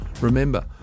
Remember